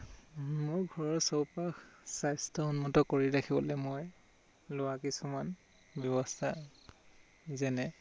মোৰ ঘৰৰ চৌপাশ স্বাস্থ্যসন্মত কৰি ৰাখিবলৈ মই লোৱা কিছুমান ব্যৱস্থা যেনে